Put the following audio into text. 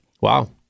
Wow